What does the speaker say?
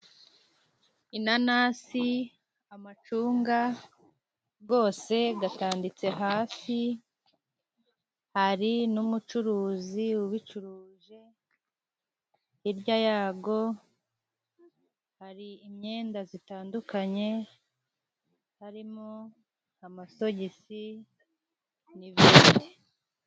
Inanasi, amacunga gwose gatanditse hasi hari n'umucuruzi ubicuruza, hirya yago hari imyenda zitandukanye harimo amasogisi n'ibindi.